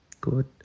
good